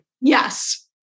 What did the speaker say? Yes